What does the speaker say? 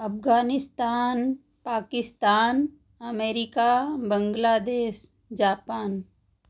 Afghanistan Pakistan America Bangladesh Japan